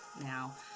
now